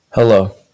Hello